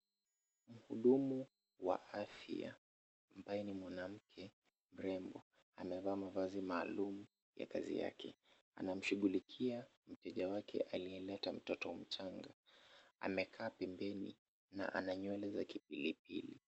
Mhudumu wa afya ambaye ni mwanamke mrembo amevaa mavazi maalum ya kazi yake. Anamshughulikia mteja wake aliyeleta mtoto mchanga. Amekaa pembeni na ana nywele za kipilipili.